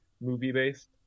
movie-based